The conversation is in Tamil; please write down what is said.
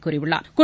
கூறியுள்ளா்